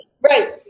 Right